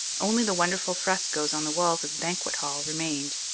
only the wonderful frescoes on the walls of the banquet hall remained.